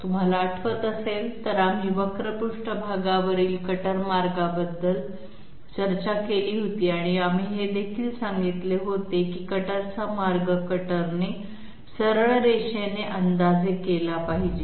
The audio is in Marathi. तुम्हाला आठवत असेल तर आम्ही वक्र पृष्ठभागावरील कटर मार्गाबद्दल चर्चा केली होती आणि आम्ही हे देखील सांगितले होते की कटरचा मार्ग कटरने सरळ रेषेने अंदाजे केला पाहिजे